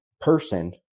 person